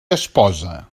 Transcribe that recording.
esposa